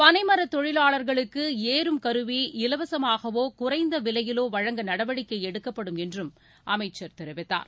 பனை மரத் தொழிலாளர்களுக்கு ஏறும் கருவி இலவசமாகவோ குறைந்த விலையிலோ வழங்க நடவடிக்கை எடுக்கப்படும் என்றும் அமைச்சர் தெரிவித்தார்